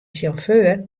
sjauffeur